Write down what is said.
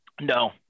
No